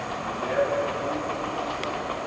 and gathered the rulers of the city,